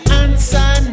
answer